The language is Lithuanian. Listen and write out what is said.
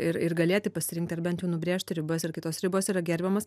ir ir galėti pasirinkti ar bent jau nubrėžti ribas ir kai ribos yra gerbiamos